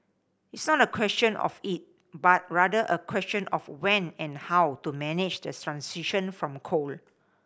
it's not a question of if but rather a question of when and how to manage the transition from coal